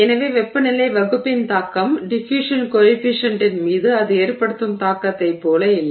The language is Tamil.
எனவே வெப்பநிலை வகுப்பின் தாக்கம் டிஃபுயூஷன் கோயெஃபிஷியன்ட்டின் மீது அது ஏற்படுத்தும் தாக்கத்தைப் போல இல்லை